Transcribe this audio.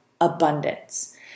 abundance